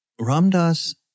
Ramdas